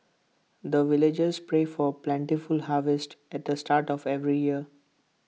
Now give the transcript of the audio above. the villagers pray for plentiful harvest at the start of every year